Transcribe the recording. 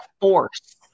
force